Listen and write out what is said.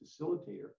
facilitator